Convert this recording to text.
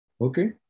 Okay